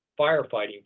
Firefighting